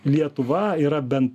lietuva yra bent